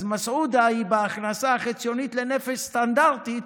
אז מסעודה, בהכנסה החציונית לנפש סטנדרטית,